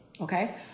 Okay